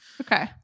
Okay